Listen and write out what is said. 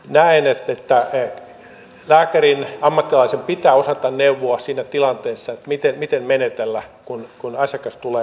näen että lääkärin ammattilaisen pitää osata neuvoa miten menetellä siinä tilanteessa kun asiakas tulee luokse